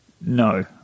No